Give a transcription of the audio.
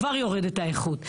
כבר יורדת האיכות.